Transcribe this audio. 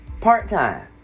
part-time